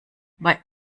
bei